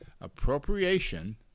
Appropriation